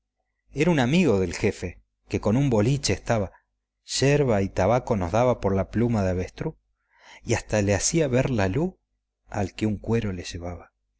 era un amigo del jefe que con un boliche estaba yerba y tabaco nos daba por la pluma de avestruz y hasta le hacía ver la luz al que un cuero le llevaba